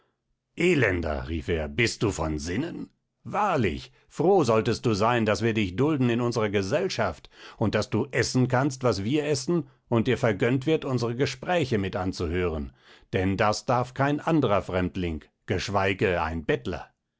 elender rief er bist du von sinnen wahrlich froh solltest du sein daß wir dich dulden in unserer gesellschaft und daß du essen kannst was wir essen und dir vergönnt wird unsere gespräche mit anzuhören denn das darf kein anderer fremdling geschweige ein bettler